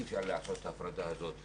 אי אפשר לעשות את ההפרדה הזאת.